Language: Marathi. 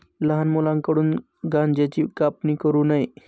लहान मुलांकडून गांज्याची कापणी करू नये